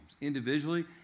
individually